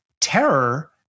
terror